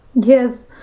Yes